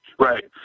Right